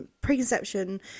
preconception